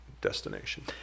destination